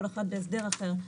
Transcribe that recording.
כל אחד בהסדר היום.